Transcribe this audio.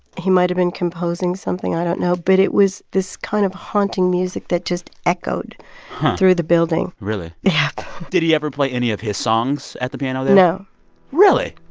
he might have been composing something i don't know. but it was this kind of haunting music that just echoed through the building really? yep did he ever play any of his songs at the piano there? no really?